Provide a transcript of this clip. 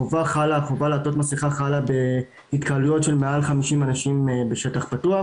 החובה לעטות מסכה חלה בהתקהלויות של מעל 50 אנשים בשטח פתוח.